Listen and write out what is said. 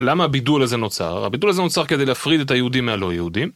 למה הבידול הזה נוצר? הבידול הזה נוצר כדי להפריד את היהודים מהלא יהודים.